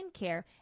skincare